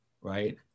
right